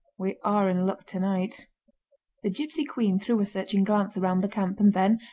we are in luck tonight the gipsy queen threw a searching glance around the camp, and then,